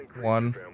one